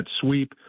sweep